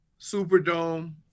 Superdome